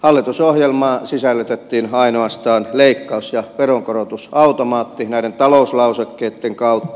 hallitusohjelmaan sisällytettiin ainoastaan leikkaus ja veronkorotusautomaatti näiden talouslausekkeitten kautta